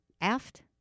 aft